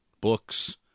books